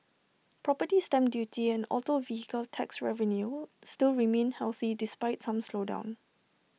property stamp duty and auto vehicle tax revenue still remain healthy despite some slowdown